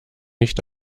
nicht